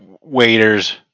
waiters